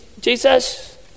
Jesus